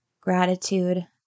gratitude